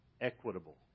equitable